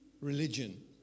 religion